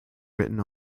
written